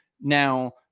Now